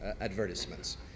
advertisements